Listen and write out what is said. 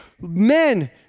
men